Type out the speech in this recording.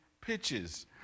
pitches